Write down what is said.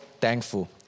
thankful